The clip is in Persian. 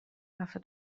رفته